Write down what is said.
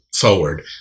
forward